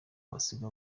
basiga